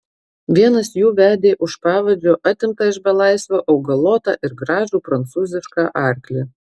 vienas jų vedė už pavadžio atimtą iš belaisvio augalotą ir gražų prancūzišką arklį